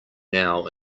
now